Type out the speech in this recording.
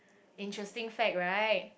interesting fact right